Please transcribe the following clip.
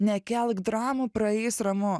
nekelk dramų praeis ramu